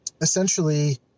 essentially